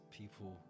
people